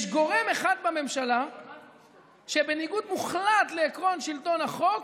יש גורם אחד בממשלה שבניגוד מוחלט לעקרון שלטון החוק,